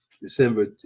December